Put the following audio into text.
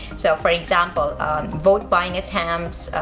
so for example vote buying attempts,